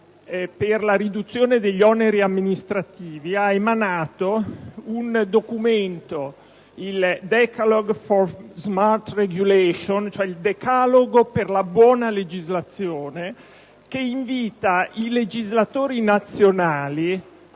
per la riduzione degli oneri amministrativi ha emanato un documento, il *Decalogue for Smart Regulation* (Decalogo per la buona legislazione) che invita i legislatori nazionali